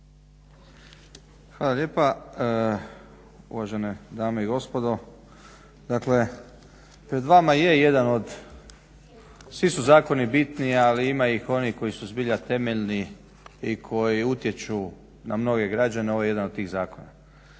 Hvala lijepa uvažene dame i gospodo. Dakle, pred vama je jedan od, svi su zakoni bitni, ali ima ih onih koji su zbilja temeljni i koji utječu na mnoge građane. Ovo je jedan od tih zakona.